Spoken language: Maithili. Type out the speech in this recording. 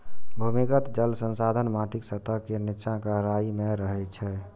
भूमिगत जल संसाधन माटिक सतह के निच्चा गहराइ मे रहै छै